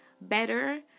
better